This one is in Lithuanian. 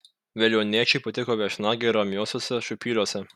veliuoniečiui patiko viešnagė ramiuosiuose šiupyliuose